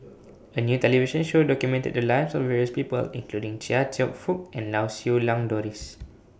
A New television Show documented The Lives of various People including Chia Cheong Fook and Lau Siew Lang Doris